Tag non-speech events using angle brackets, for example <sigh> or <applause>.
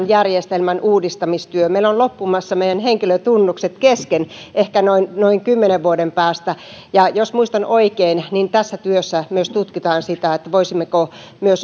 <unintelligible> järjestelmän uudistamistyö meillä on loppumassa henkilötunnukset kesken ehkä noin kymmenen vuoden päästä ja jos muistan oikein niin tässä työssä tutkitaan myös sitä voisimmeko